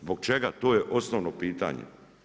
Zbog čega, to je osnovno pitanje?